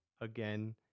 again